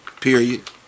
Period